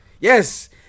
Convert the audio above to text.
Yes